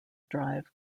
drive